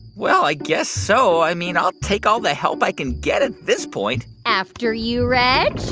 well, i guess so. i mean, i'll take all the help i can get at this point after you, reg